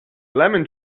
lemon